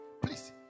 please